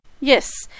Yes